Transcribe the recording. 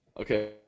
Okay